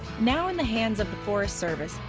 now in the hands of the forest service,